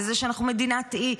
זה שאנחנו מדינת אי,